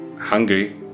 hungry